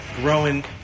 growing